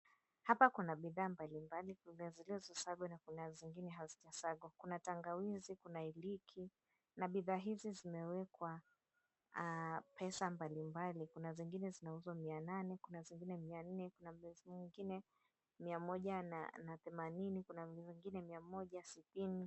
Hapa kuna bidhaa mbalimbali, kuna zilizosagwa na kuna zingine hazijasagwa. Kuna tangawizi, kuna iliki na bidhaa hizi zimewekwa pesa mbalimbali. Kuna zingine zinauzwa mia nane kuna zingine mia nne kuna zingine mia moja na themanini, kuna zingine mia moja sabini.